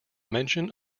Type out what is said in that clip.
mention